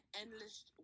endless